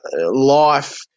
life